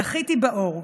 זכיתי באור,